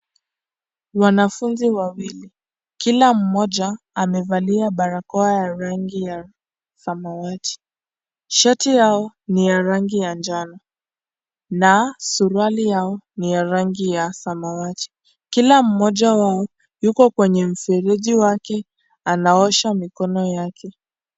Wanafunzi wawili, kila mmoja amevalia barakoa ya rangi ya samawati. Shati yao ni ya rangi ya njano na suruali yao ni ya rangi ya samawati. Kila mmoja wao, yuko kwenye mfereji wake anaosha mikono yake.